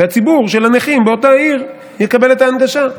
והציבור של הנכים באותה עיר יקבל את ההנגשה.